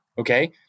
okay